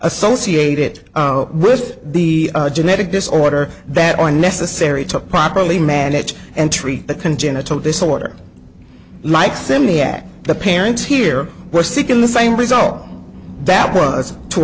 associated with the genetic disorder that are necessary to properly manage and treat the congenital disorder like simply at the parents here were seeking the same result that was to